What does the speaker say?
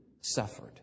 suffered